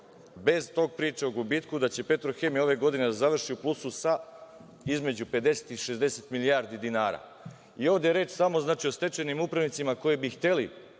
bez priče o gubitku, da će „Petrohemija“ ove godine da završi u plusu sa između 50 i 60 milijardi dinara. Ovde je reč samo o stečajnim upravnicima koji bi hteli